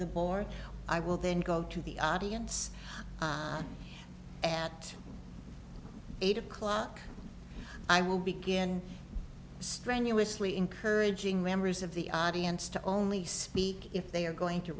the board i will then go to the audience at eight o'clock i will begin strenuously encouraging members of the audience to only speak if they are going to